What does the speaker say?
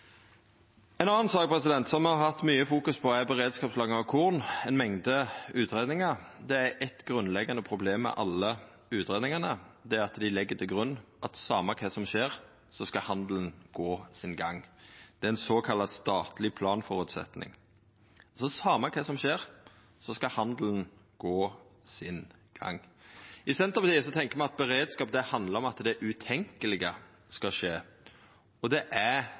sak som me har fokusert mykje på, er beredskapslagring av korn – ei mengd utgreiingar. Det er eitt grunnleggjande problem med alle utgreiingane, og det er at dei legg til grunn at same kva som skjer, så skal handelen gå sin gang – det er ein såkalla statleg planføresetnad. Altså: Same kva som skjer, så skal handelen gå sin gang. I Senterpartiet tenkjer me at beredskap handlar om at det utenkjelege kan skje, og det er